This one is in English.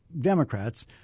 Democrats